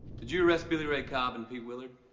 did you arrest billy ray cobb and pete willard?